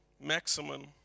maximum